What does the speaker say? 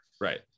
right